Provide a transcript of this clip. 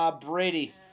Brady